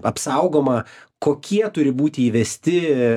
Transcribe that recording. apsaugoma kokie turi būti įvesti